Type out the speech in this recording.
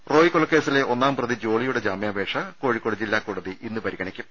റോയ് കൊല ക്കേസിലെ ഒന്നാം പ്രതി ജോളിയുടെ ജാമ്യാപേക്ഷ കോഴിക്കോട് ജില്ലാ കോടതി ഇന്ന് പരിഗണിക്കും